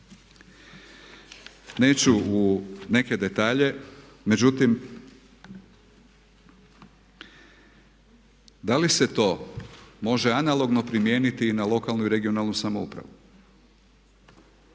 Neću u neke detalje, međutim da li se to može analogno primijeniti i na lokalnu i regionalnu samoupravu?